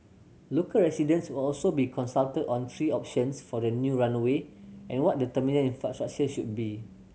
local residents will also be consulted on three options for the new runway and what the terminal infrastructure should be